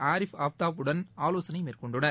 ஆரிஷ் அஃப்தாப் வுடன் ஆலோசனை மேற்கொண்டனர்